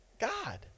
God